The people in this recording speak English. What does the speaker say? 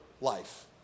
life